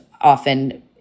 often